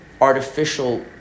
artificial